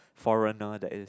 foreigner that is